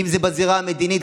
אם זה בזירה המדינית,